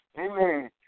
Amen